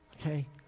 okay